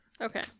Okay